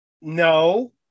no